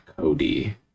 Cody